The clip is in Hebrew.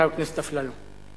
חבר הכנסת אפללו.